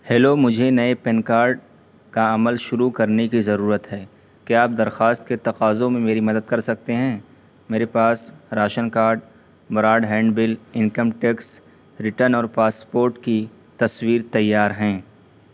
hello مجھے نئے PAN card کا عمل شروع کرنے کی ضرورت ہے کیا آپ درخواست کے تقاضوں میں میری مدد کر سکتے ہیں میرے پاس ration card broadband bill income tax return اور پاسپورٹ کی تصویر تیار ہیں